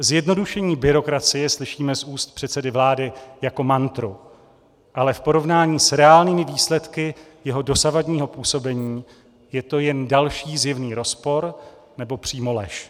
Zjednodušení byrokracie slyšíme z úst předsedy vlády jako mantru, ale v porovnání s reálnými výsledky jeho dosavadního působení je to jen další zjevný rozpor nebo přímo lež.